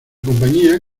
compañía